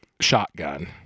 Shotgun